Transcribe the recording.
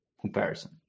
comparison